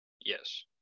Yes